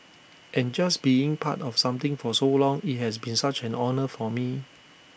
and just being part of something for so long IT has been such an honour for me